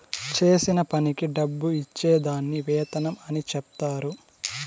చేసిన పనికి డబ్బు ఇచ్చే దాన్ని వేతనం అని చెప్తారు